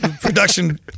production